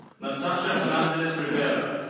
natasha hernandez-rivera.